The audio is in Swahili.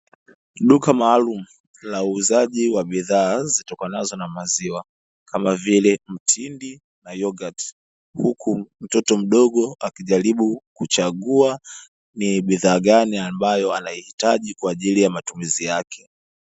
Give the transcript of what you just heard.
Duka maalumu la uuzaji wa bidhaa ziitokanazo na maziwa kama vile mtindi na yogati, huku mtoto mdogo akijaribu kuchagua ni bidhaa gani ambayo anahItaji kwa ajili ya matumizi yake.